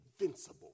invincible